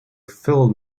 filled